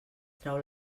trau